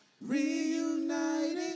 Reunited